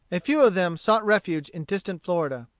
a few of them sought refuge in distant florida.